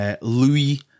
Louis